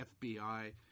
FBI